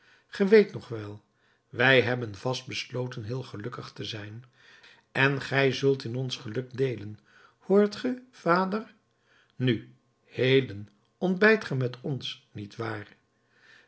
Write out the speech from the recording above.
ge weet nog wel wij hebben vast besloten heel gelukkig te zijn en gij zult in ons geluk deelen hoort ge vader nu heden ontbijt ge met ons niet waar